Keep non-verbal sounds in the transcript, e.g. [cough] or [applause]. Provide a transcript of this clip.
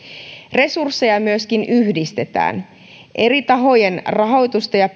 resursseja myöskin yhdistetään eri tahojen rahoitusta ja [unintelligible]